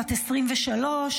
בת 23,